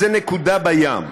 זו נקודה בים.